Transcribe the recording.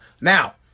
Now